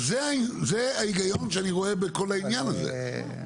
אז זה ההיגיון שאני רואה בכל העניין הזה.